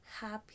Happy